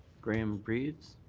graham greeds.